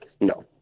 no